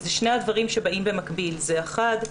אלו שני הדברים שבאים במקביל אחד,